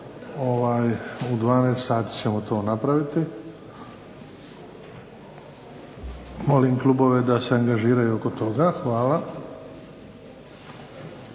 u 12 sati ćemo to napraviti. Molim klubove da se angažiraju oko toga. Hvala.